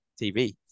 TV